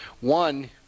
One